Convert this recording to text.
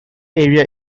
area